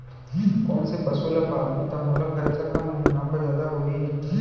कोन से पसु ला पालहूँ त मोला खरचा कम अऊ मुनाफा जादा होही?